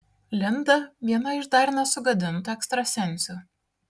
linda viena iš dar nesugadintų ekstrasensių